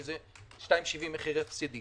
כי 2.70 זה מחיר הפסדי,